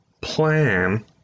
plan